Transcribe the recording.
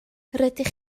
rydych